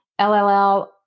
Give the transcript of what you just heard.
LLL